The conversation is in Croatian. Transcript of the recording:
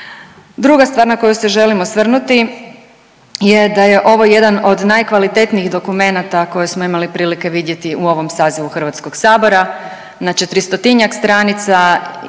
Druga stvar na koju se želim osvrnuti je da je ovo jedan od najkvalitetnijih dokumenta koje smo imali prilike vidjeti u ovom sazivu Hrvatskog sabora. Na 400-tinjak stranica imamo